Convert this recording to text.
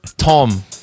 Tom